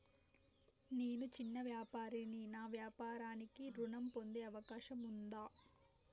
నేను చిన్న వ్యాపారిని నా వ్యాపారానికి ఋణం పొందే అవకాశం ఉందా?